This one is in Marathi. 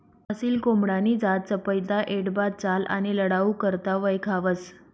असील कोंबडानी जात चपयता, ऐटबाज चाल आणि लढाऊ करता वयखावंस